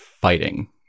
fighting